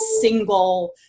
single